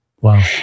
Wow